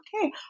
okay